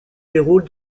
déroule